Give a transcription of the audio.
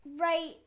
right